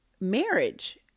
marriage